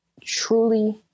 truly